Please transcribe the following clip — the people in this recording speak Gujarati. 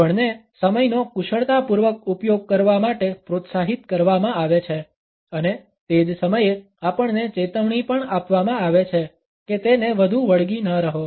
આપણને સમયનો કુશળતાપૂર્વક ઉપયોગ કરવા માટે પ્રોત્સાહિત કરવામાં આવે છે અને તે જ સમયે આપણને ચેતવણી પણ આપવામાં આવે છે કે તેને વધુ વળગી ન રહો